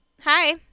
hi